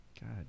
God